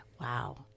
Wow